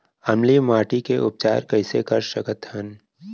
अम्लीय माटी के उपचार कइसे कर सकत हन?